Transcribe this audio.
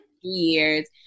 years